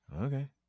okay